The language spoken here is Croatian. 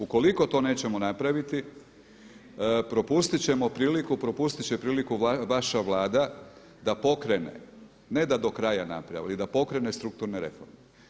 Ukoliko to nećemo napraviti, propustit ćemo priliku, propustit će priliku vaša Vlada da pokrene, ne da do kraja napravi, nego da pokrene strukturne reforme.